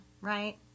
right